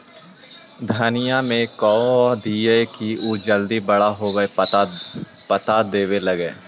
धनिया में का दियै कि उ जल्दी बड़ा बड़ा पता देवे लगै?